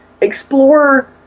explore